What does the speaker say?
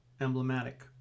emblematic